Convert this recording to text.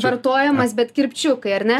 vartojamas bet kirpčiukai ar ne